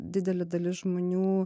didelė dalis žmonių